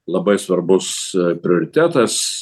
labai svarbus prioritetas